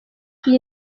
iyi